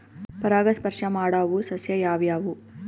ಪರಾಗಸ್ಪರ್ಶ ಮಾಡಾವು ಸಸ್ಯ ಯಾವ್ಯಾವು?